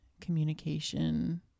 communication